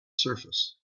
surface